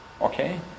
Okay